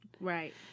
right